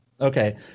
Okay